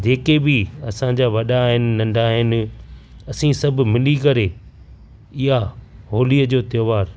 जेके बि असांंजा वॾा आहिनि नंढा आहिनि असी सभु मिली करे इहा होलीअ जो त्योहार